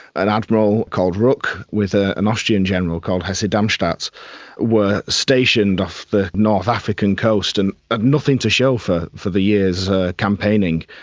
an admiral called rooke with ah an austrian general called hessen-darmstadt, were stationed off the north african coast and had nothing to show for for the year's ah campaigning,